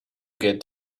get